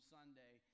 Sunday